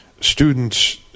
students